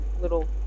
little